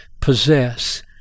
possess